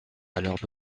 alors